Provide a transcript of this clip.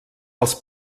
els